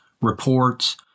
reports